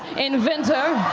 inventor.